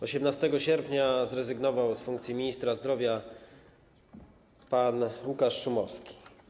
18 sierpnia zrezygnował z funkcji ministra zdrowia pan Łukasz Szumowski.